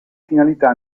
finalità